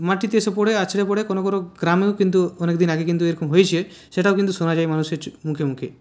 মাটিতে এসে পড়ে আছড়ে পড়ে কোনো কোনো গ্রামেও কিন্তু অনেকদিন আগে কিন্তু এরকম হয়েছে সেটাও কিন্তু শোনা যায় মানুষের মুখে মুখে